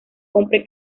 compre